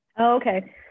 okay